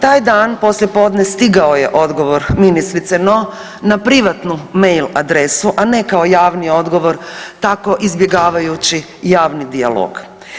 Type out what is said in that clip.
Taj dan poslijepodne stigao je odgovor ministrice, no na privatnu mail adresu, a ne kao javni odgovor tako izbjegavajući javni dijalog.